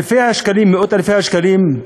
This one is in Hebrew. אלפי השקלים, מאות-אלפי השקלים,